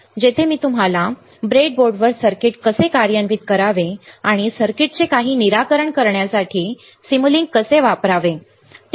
जेथे मी तुम्हाला ब्रेडबोर्डवर सर्किट कसे कार्यान्वित करावे आणि सर्किटचे काही निराकरण करण्यासाठी सिमुलिंक कसे वापरावे ते